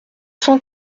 cent